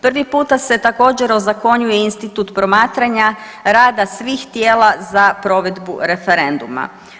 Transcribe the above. Prvi puta se također ozakonjuje institut promatranja rada svih tijela za provedbu referenduma.